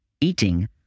eating